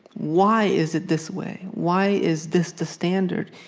why is it this way, why is this the standard,